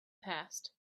passed